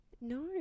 No